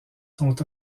sont